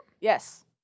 Yes